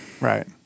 Right